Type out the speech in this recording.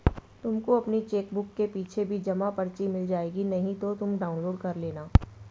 तुमको अपनी चेकबुक के पीछे भी जमा पर्ची मिल जाएगी नहीं तो तुम डाउनलोड कर लेना